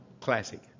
Classic